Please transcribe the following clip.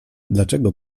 dlaczego